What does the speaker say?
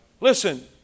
Listen